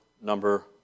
number